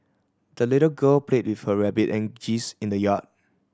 the little girl played with her rabbit and geese in the yard